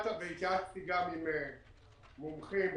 והתייעצתי גם עם מומחים,